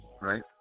right